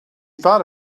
thought